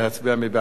מי נמנע?